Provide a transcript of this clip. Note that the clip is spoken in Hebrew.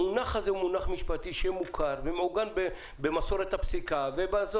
המונח הזה הוא מונח משפטי מוכר ומעוגן במסורת הפסיקה.